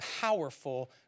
powerful